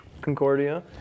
concordia